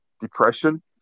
depression